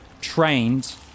trained